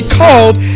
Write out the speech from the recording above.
called